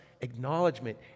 acknowledgement